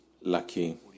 lucky